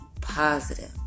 positive